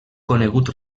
conegut